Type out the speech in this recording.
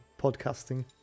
podcasting